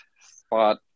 spot